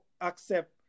accept